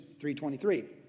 3.23